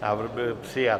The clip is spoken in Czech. Návrh byl přijat.